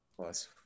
Plus